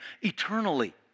Eternally